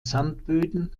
sandböden